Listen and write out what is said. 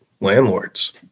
landlords